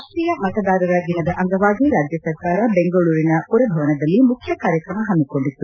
ರಾಷ್ಟೀಯ ಮತದಾರರ ದಿನದ ಅಂಗವಾಗಿ ರಾಜ್ಯ ಸರ್ಕಾರ ಬೆಂಗಳೂರಿನ ಪುರಭವನದಲ್ಲಿ ಮುಖ್ಯ ಕಾರ್ಯಕ್ರಮ ಹಮ್ಮಿಕೊಂಡಿತ್ತು